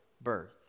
birth